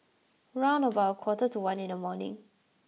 round about a quarter to one in the morning